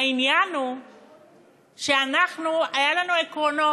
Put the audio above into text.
העניין הוא שאנחנו היו לנו עקרונות.